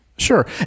Sure